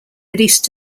released